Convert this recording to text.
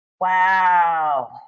Wow